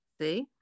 See